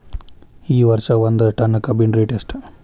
ಈ ವರ್ಷ ಒಂದ್ ಟನ್ ಕಬ್ಬಿನ ರೇಟ್ ಎಷ್ಟು?